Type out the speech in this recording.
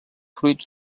fruits